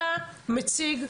אתה מציג,